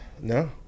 No